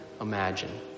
imagine